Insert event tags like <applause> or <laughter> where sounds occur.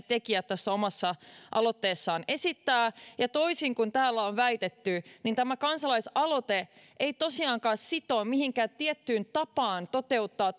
<unintelligible> tekijät omassa aloitteessaan esittävät ja toisin kuin täällä on väitetty tämä kansalaisaloite ei tosiaankaan sido mihinkään tiettyyn tapaan toteuttaa <unintelligible>